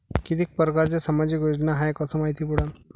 कितीक परकारच्या सामाजिक योजना हाय कस मायती पडन?